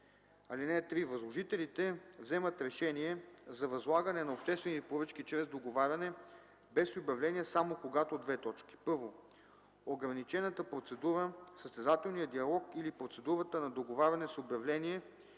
1 и 2. (3) Възложителите вземат решение за възлагане на обществени поръчки чрез договаряне без обявление само когато: 1. ограничената процедура, състезателният диалог или процедурата на договаряне с обявление